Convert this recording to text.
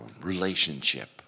relationship